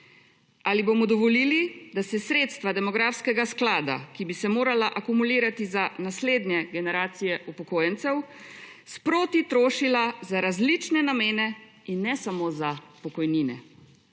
Ali bomo dovolili, da se sredstva demografskega sklada, ki bi se morala akumulirati za naslednje generacije upokojencev, sproti trošila za različne namene in ne samo za pokojnine?